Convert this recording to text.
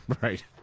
Right